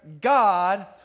God